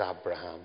Abraham